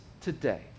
today